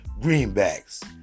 greenbacks